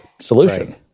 solution